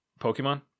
pokemon